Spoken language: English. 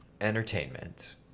entertainment